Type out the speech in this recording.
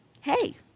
hey